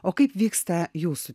o kaip vyksta jūsų